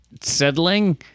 settling